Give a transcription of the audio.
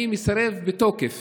אני מסרב בתוקף